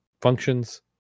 functions